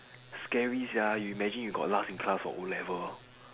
scary sia you imagine you got last in class for O-level